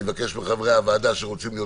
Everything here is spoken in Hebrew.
אני מבקש מחברי הוועדה שרוצים להיות